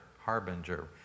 Harbinger